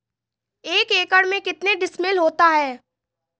एक एकड़ में कितने डिसमिल होता है?